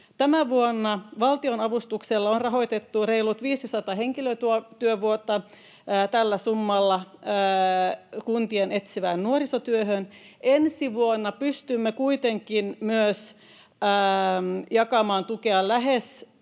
Tänä vuonna valtionavustuksella on rahoitettu reilut 500 henkilötyövuotta tällä summalla kuntien etsivään nuorisotyöhön. Ensi vuonna pystymme kuitenkin myös jakamaan tukea lähes